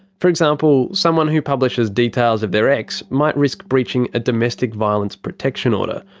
for example, someone who publishes details of their ex might risk breaching a domestic violence protection order.